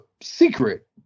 secret